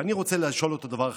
ואני רוצה לשאול אותו דבר אחד: